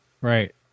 Right